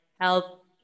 Help